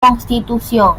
constitución